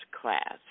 class